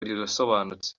rirasobanutse